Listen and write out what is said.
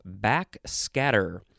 backscatter